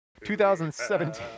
2017